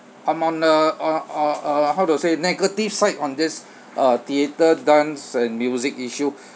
I'm on uh on uh uh how to say negative side on this uh theatre dance and music issue